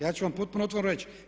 Ja ću vam potpuno otvoreno reći.